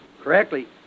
Correctly